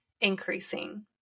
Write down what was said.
increasing